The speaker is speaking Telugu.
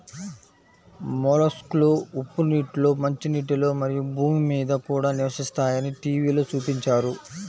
మొలస్క్లు ఉప్పు నీటిలో, మంచినీటిలో, మరియు భూమి మీద కూడా నివసిస్తాయని టీవిలో చూపించారు